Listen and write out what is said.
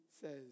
says